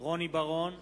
רוני בר-און,